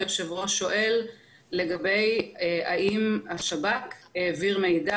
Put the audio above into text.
היושב-ראש שואל האם השב"כ העביר מידע